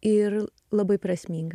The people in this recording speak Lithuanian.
ir labai prasminga